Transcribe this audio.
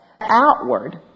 outward